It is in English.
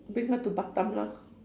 bring her to batam lah